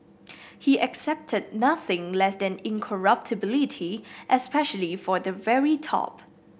he accepted nothing less than incorruptibility especially for the very top